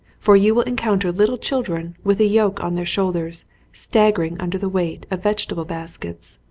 for you will en counter little children with a yoke on their shoul ders staggering under the weight of vegetable baskets.